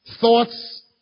thoughts